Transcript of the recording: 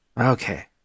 Okay